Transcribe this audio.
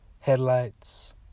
headlights